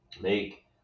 Make